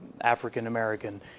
African-American